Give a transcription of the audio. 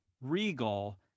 Regal